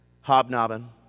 hobnobbing